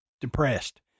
depressed